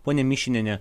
ponia mišiniene